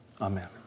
amen